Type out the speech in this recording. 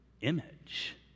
image